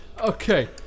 Okay